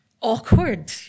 awkward